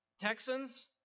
Texans